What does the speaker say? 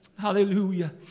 Hallelujah